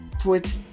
Put